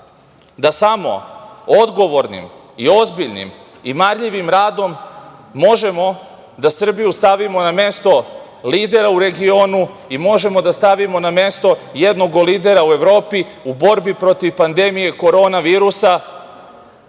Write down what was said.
da samo odgovornim i marljivim radom možemo da Srbiju stavimo na mesto lidera u regionu i možemo da stavimo na mesto jednog od lidera u Evropi, u borbi protiv pandemije korona virusa,